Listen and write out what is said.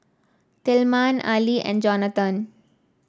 Tilman Ali and Jonathon